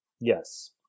Yes